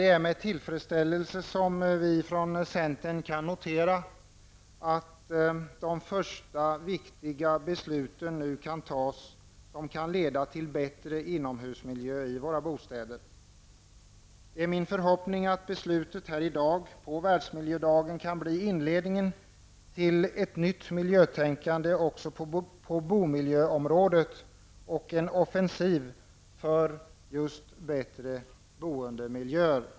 Det är med tillfredsställelse vi från centern noterar att vi nu kan fatta de första viktiga besluten som kan leda till en bättre inomhusmiljö i våra bostäder. Det är min förhoppning att beslutet här i dag på världsmiljödagen kan bli inledningen till ett nytt miljötänkande också på bomiljöområdet och en offensiv för bättre boendemiljöer.